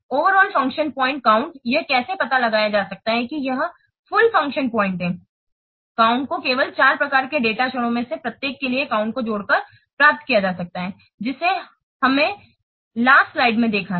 overall full function point count यह कैसे पता लगाया जा सकता है कि यह फुल फंक्शन पॉइंट है काउंट को केवल 4 प्रकार के डेटा क्षणों में से प्रत्येक के लिए काउंट को जोड़कर प्राप्त किया जा सकता है जिसे हमने अंतिम स्लाइड में देखा है